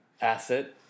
asset